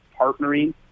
partnering